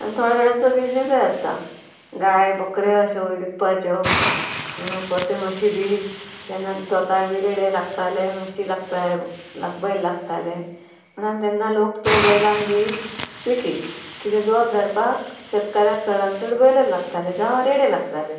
आनी थोड्या जाणांचो बिजनसय आसता गाय बोकऱ्यो अश्यो विकपाच्यो परते म्हशी बी तेन्ना जोताक बी रेडे लागताले म्हशी लागता बैल लागताले म्हणोन तेन्ना लोक तो बैलांक बी विकी कित्याक जोत धरपाक शेतकाराक चडान चड बैलच लागताले जावं रेडे लागताले